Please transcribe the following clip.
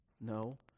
no